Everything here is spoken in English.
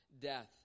death